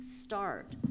start